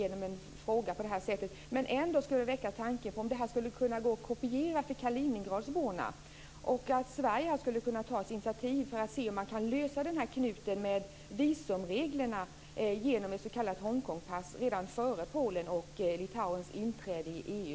Men jag vill ändå väcka tanken på om det systemet skulle gå att kopiera för kalinigradsborna. Sverige skulle kunna ta ett initiativ för att se om man kan lösa knuten med visumreglerna genom att införa ett s.k. Hongkongpass redan före Polens och Litauens inträde i EU.